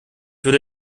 würde